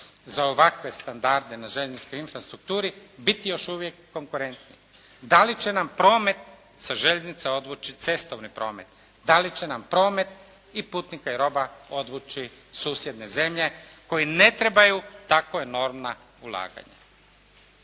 za ovakve standarde na željezničkoj infrastrukturi biti još uvijek konkurentni. Da li će nam promet sa željeznica odvući cestovni promet? Da li će nam promet i putnika i roba odvući susjedne zemlje koji ne trebaju takva enormna ulaganja.